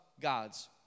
gods